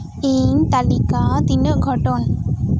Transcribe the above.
ᱤᱧ ᱛᱟᱹᱞᱤᱠᱟ ᱛᱤᱱᱟᱹᱜ ᱜᱷᱚᱴᱚᱱ